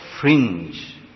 fringe